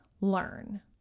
learn